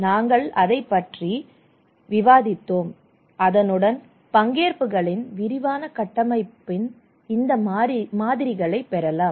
நாங்கள் அதைப் பற்றி விவாதித்தோம் அதனுடன் பங்கேற்புகளின் விரிவான கட்டமைப்பின் இந்த மாறிகள் பெறலாம்